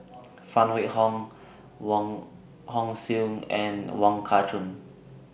Phan Wait Hong Wong Hong Suen and Wong Kah Chun